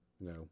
No